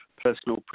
personal